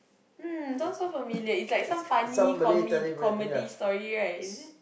um sounds so familiar is like some funny come~ comedy story right is it